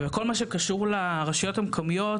וכל מה שקשור לרשויות המקומיות,